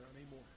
anymore